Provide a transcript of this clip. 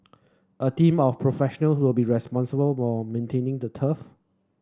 a team of professional will be responsible for maintaining the turf